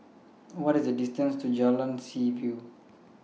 What IS The distance to Jalan Seaview